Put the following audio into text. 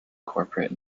corporate